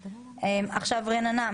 רננה,